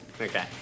Okay